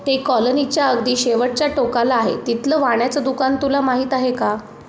ते कॉलनीच्या अगदी शेवटच्या टोकाला आहे तिथलं वाण्याचं दुकान तुला माहीत आहे का